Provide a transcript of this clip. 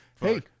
Hey